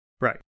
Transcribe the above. Right